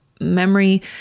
memory